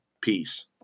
Peace